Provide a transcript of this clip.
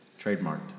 Trademarked